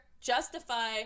Justify